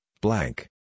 blank